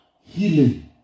healing